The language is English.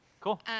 Cool